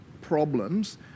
problems